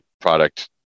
product